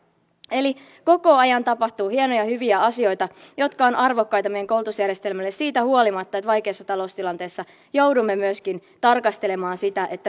koko ajan tapahtuu hienoja hyviä asioita jotka ovat arvokkaita meidän koulutusjärjestelmällemme siitä huolimatta että vaikeassa taloustilanteessa joudumme myöskin tarkastelemaan sitä